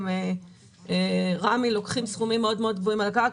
גם רמ"י לוקחים סכומים מאוד מאוד גבוהים על הקרקע.